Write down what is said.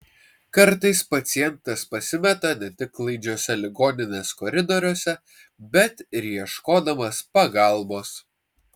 kartais pacientas pasimeta ne tik klaidžiuose ligoninės koridoriuose bet ir ieškodamas pagalbos